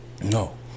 No